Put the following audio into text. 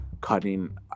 cutting